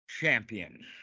champions